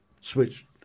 switch